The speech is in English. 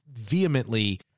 vehemently